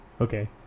Okay